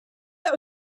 that